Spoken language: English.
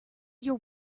your